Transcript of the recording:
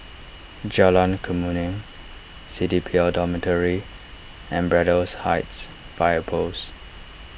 Jalan Kemuning C D P L Dormitory and Braddell Heights Fire Post